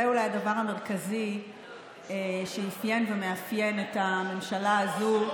זה אולי הדבר המרכזי שאפיין ומאפיין את הממשלה הזו,